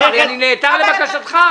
הרי אני נעתר לבקשתך.